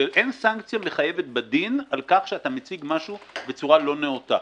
אין סנקציה מחייבת בדין על כך שאתה מציג משהו בצורה לא נאותה,